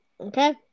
Okay